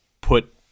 put